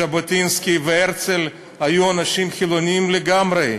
ז'בוטינסקי והרצל היו אנשים חילוניים לגמרי,